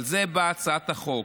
לזה באה הצעת החוק.